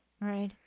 Right